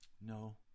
No